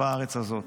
בארץ הזאת.